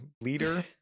leader